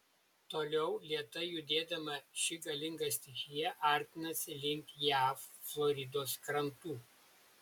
toliau lėtai judėdama ši galinga stichija artinasi link jav floridos krantų